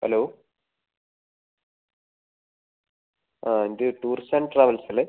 hello ആ ഇത് tours and travels അല്ലേ